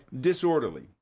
Disorderly